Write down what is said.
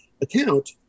account